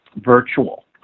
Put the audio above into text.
virtual